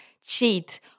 cheat